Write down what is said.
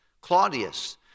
Claudius